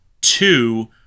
two